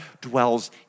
dwells